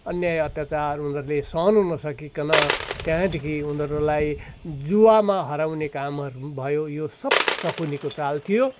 अन्याय अत्यचार उनीहरूले सहनु नसकिकन त्यहाँदेखि उनीहरूलाई जुवामा हराउने कामहरू पनि भयो यो सब शकुनीको चाल थियो